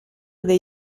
dei